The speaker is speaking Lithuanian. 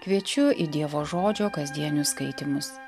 kviečiu į dievo žodžio kasdienius skaitymus